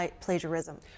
plagiarism